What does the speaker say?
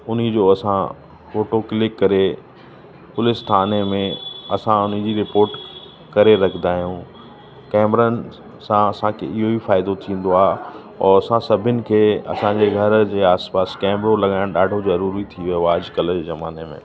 उनजो असां photo click करे पुलिस थाने में असां उनजी रिपोर्ट करे रखंदा आहियूं कैमिरनि सां असांखे इहेई फ़ाइदो थींदो आहे और असां सभिनि खे असांजे घर जे आस पास कैमिरो लॻायण ॾाढो ज़रूरी थी वियो आहे अॼकल्ह जे ज़माने में